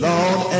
Lord